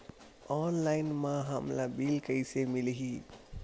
Online म हमला bill कइसे मिलही?